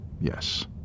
Yes